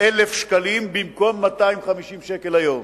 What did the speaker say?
1,000 שקלים במקום 250 שקל היום.